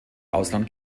ausland